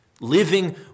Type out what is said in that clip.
Living